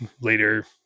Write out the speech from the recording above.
later